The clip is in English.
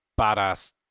badass